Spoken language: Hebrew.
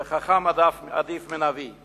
וחכם עדיף מנביא.